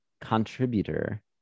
contributor